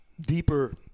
deeper